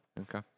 Okay